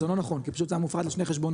זה לא נכון כי פשוט זה מופרד לשני חשבונות.